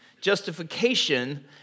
justification